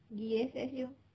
pergi U_S_S jom